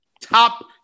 top